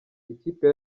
ikipe